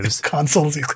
Consoles